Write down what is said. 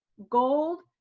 gold,